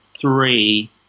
three